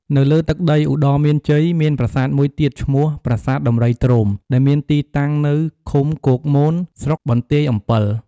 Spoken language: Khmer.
នៅលើទឹកដីឧត្តរមានជ័យ មានប្រាសាទមួយទៀតឈ្មោះ ប្រាសាទដំរីទ្រោម ដែលមានទីតាំងនៅ ឃុំគោកមក ស្រុកបន្ទាយអម្ពិល។